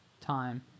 Time